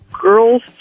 girl's